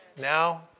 Now